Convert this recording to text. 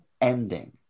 ending